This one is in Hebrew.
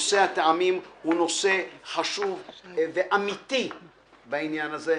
נושא הטעמים הוא נושא חשוב ואמיתי בעניין הזה,